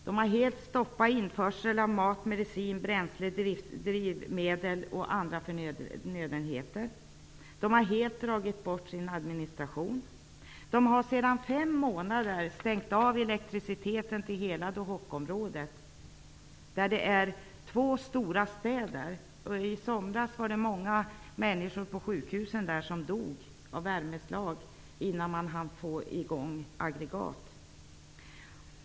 De har helt stoppat införsel av mat, medicin, bränsle, drivmedel och andra förnödenheter. De har helt dragit bort sin administration. De har sedan fem månader stängt av elektriciteten till hela D'hokområdet, där det finns två stora städer. I somras dog många människor på sjukhusen där av värmeslag innan man hann få i gång aggregat.